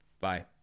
Bye